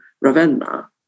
Ravenna